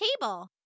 table